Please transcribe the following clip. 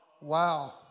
wow